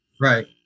right